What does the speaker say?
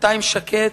בינתיים שקט,